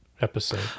episode